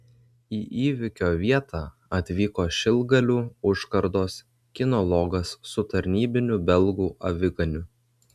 į įvykio vietą atvyko šilgalių užkardos kinologas su tarnybiniu belgų aviganiu